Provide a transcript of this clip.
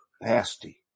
Nasty